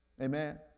Amen